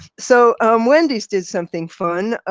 so um wendy's did something fun,